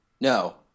No